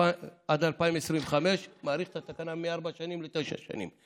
עד 2025, מאריך את התקנה מארבע שנים לתשע שנים.